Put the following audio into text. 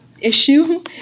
issue